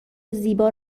زیبا